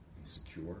insecure